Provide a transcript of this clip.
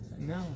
No